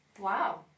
Wow